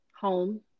Home